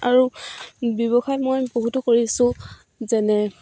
আৰু ব্যৱসায় মই বহুতো কৰিছোঁ যেনে